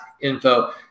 info